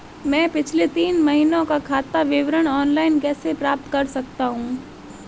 मैं पिछले तीन महीनों का खाता विवरण ऑनलाइन कैसे प्राप्त कर सकता हूं?